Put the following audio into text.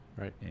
Right